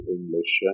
English